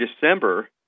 December